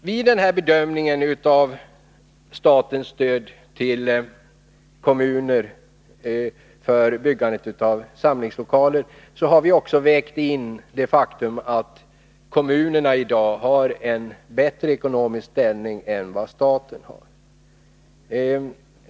Vid bedömningen, för det andra, av statens stöd till kommuner för byggande av samlingslokaler har vi också vägt in det faktum att kommunerna i dag har en bättre ekonomi än staten.